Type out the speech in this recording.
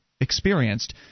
experienced